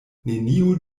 neniu